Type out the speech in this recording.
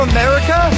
America